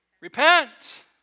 repent